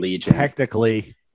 Technically